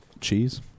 cheese